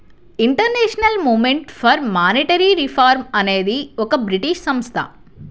international movement for monetary reform అనేది ఒక British సంస్థ